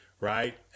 Right